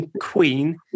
queen